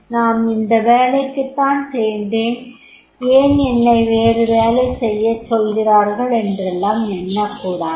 நான் இந்த வேலைக்குதான் சேர்ந்தேன் ஏன் என்னை வேறு வேலை செய்யச் சொல்கிறார்கள் என்றெல்லாம் எண்ணக்கூடாது